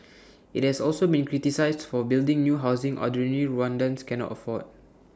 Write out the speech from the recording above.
IT has also been criticised for building new housing ordinary Rwandans cannot afford